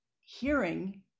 hearing